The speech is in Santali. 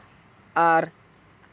ᱟᱨ